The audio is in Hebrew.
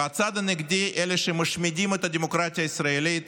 והצד הנגדי, אלה שמשמידים את הדמוקרטיה הישראלית,